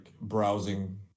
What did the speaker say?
browsing